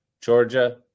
georgia